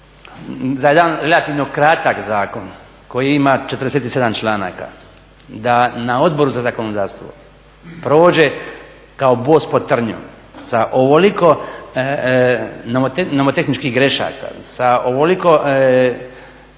za jedan relativno kratak zakon koji ima 47. članaka da na Odboru za zakonodavstvo prođe kao bos po trnju sa ovoliko nomotehničkih grešaka, sa ovoliko